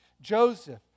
Joseph